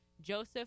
Joseph